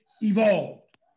evolved